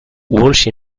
walsh